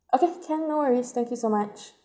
okay can no worries thank you so much